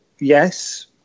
yes